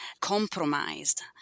compromised